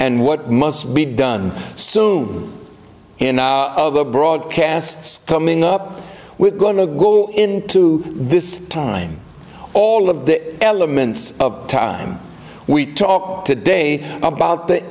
and what must be done soon in the broadcasts coming up we're going to go into this time all of the elements of time we talked today about the